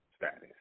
status